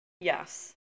Yes